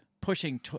pushing